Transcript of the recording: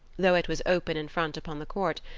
though it was open in front upon the court,